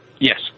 Yes